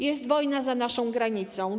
Jest wojna za naszą granicą.